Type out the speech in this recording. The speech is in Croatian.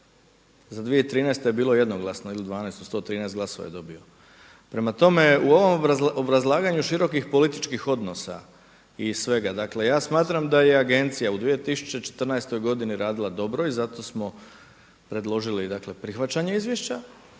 Za 2013. je bilo jednoglasno ili 12 od 113 glasova je dobio. Prema tome, u ovom obrazlaganju širokih političkih odnosa i svega, dakle ja smatram da je Agencija u 2014. godini radila dobro i zato smo predložili, dakle prihvaćanje izvješća,